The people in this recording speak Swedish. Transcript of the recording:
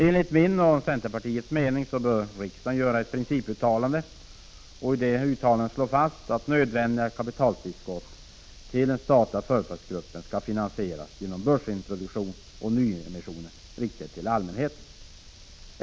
Enligt min och centerpartiets mening bör riksdagen göra ett principuttalande och slå fast att nödvändiga kapitaltillskott till den statliga företagsgruppen skall finansieras genom börsintroduktion och nyemissioner riktade till allmänheten.